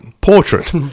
portrait